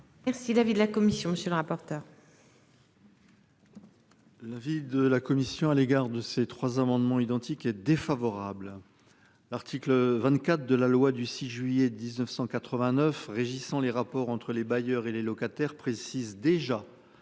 merci. L'avis de la commission. Monsieur le rapporteur. L'avis de la commission à l'égard de ces trois amendements identiques est défavorable. L'article 24 de la loi du 6 juillet 1989 régissant les rapports entre les bailleurs et les locataires précise déjà